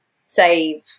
save